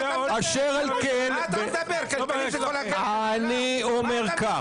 אשר על כן, אני אומר כך.